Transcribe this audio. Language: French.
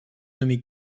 nommé